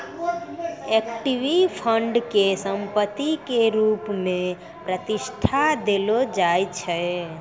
equity fund के संपत्ति के रुप मे प्रतिष्ठा देलो जाय छै